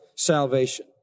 salvation